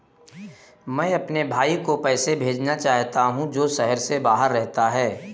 मैं अपने भाई को पैसे भेजना चाहता हूँ जो शहर से बाहर रहता है